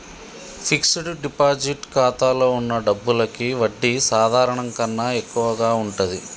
fixed deposit ఖాతాలో వున్న డబ్బులకి వడ్డీ సాధారణం కన్నా ఎక్కువగా ఉంటది